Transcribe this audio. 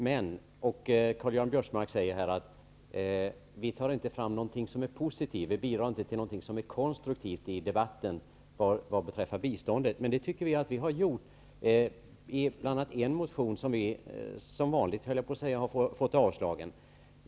Karl-Göran Biörsmark sade att vi inte bidrar med någonting positivt eller konstruktivt i debatten vad beträffar biståndet. Men vi anser att vi har gjort det, bl.a. i en motion som vi som vanligt har fått avstyrkt.